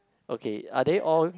okay are they all